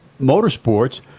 motorsports